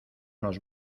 nos